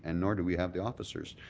and nor do we have the officers.